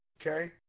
okay